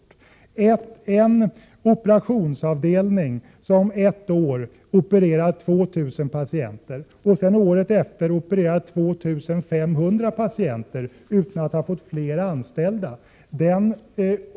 Antag att en operationsavdelning ett år opererar 2 000 patienter och året efter opererar 2 500 patienter utan att ha fått fler anställda.